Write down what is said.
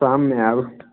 तहन नेहाएब